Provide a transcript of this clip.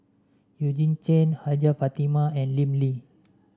Eugene Chen Hajjah Fatimah and Lim Lee